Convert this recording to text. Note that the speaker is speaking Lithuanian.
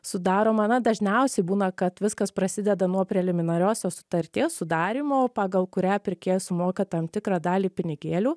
sudaroma na dažniausiai būna kad viskas prasideda nuo preliminariosios sutarties sudarymo pagal kurią pirkėjas sumoka tam tikrą dalį pinigėlių